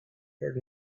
heard